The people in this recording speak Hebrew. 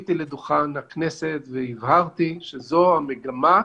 עליתי לדוכן הכנסת והבהרתי שזו המגמה,